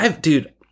Dude